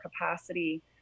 capacity